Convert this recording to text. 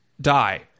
die